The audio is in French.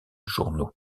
journaux